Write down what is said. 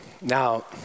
Now